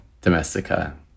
domestica